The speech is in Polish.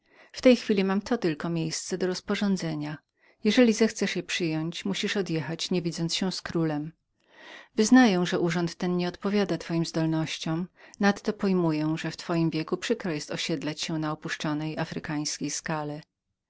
w tej chwili mam to tylko miejsce do rozporządzenia jeżeli jednak chcesz je przyjąć musisz odjechać nie widząc się z królem wyznaję że urząd ten nieodpowiada twoim zdolnościom nadto pojmuję że w twoim wieku przykro jest osiedlać się na opuszczonej afrykańskiej skale